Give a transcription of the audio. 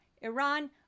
Iran